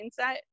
mindset